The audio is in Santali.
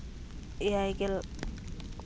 ᱮᱭᱟᱭ ᱜᱮᱞ